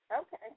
Okay